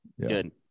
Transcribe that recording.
good